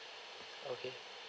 okay